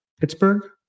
Pittsburgh